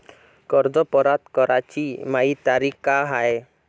कर्ज परत कराची मायी तारीख का हाय?